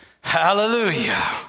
Hallelujah